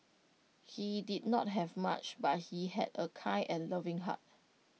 he did not have much but he had A kind and loving heart